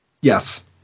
Yes